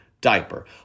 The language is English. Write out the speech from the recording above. diaper